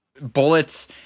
bullets